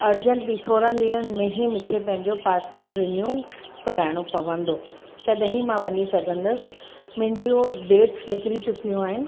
urgently थोरनि ॾींहंनि में ई मूंखे पंहिंजो पासपोट रिन्यू कराइणो पवंदो तॾहिं ई मां वञी सघंदसि मुंहिंजी उहो डेट्स निकरी चुकियूं आहिनि